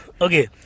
Okay